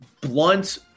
blunt